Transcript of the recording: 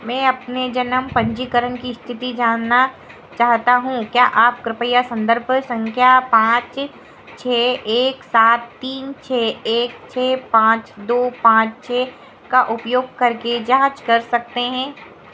मैं अपने जन्म पन्जीकरण की इस्थिति जानना चाहता हूँ क्या आप कृपया सन्दर्भ सँख्या पाँच छह एक सात तीन छह एक छह पाँच दो पाँच छह का उपयोग करके जाँच कर सकते हैं